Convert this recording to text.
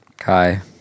Hi